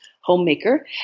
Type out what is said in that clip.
homemaker